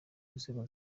nzego